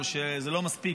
שזה לא מספיק,